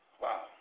Wow